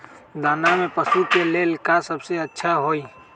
दाना में पशु के ले का सबसे अच्छा होई?